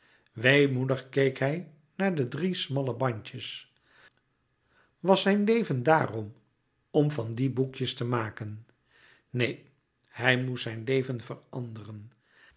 weemoedig keek hij naar de drie smalle bandjes was zijn leven daarom om van die boekjes te maken neen hij moest zijn leven veranderen